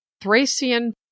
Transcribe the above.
Thracian